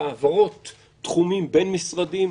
בהעברות תחומים בין-משרדיים,